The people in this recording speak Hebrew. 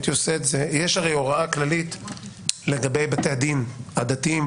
יש הרי הוראה כללית בסוף לגבי בתי הדין הדתיים,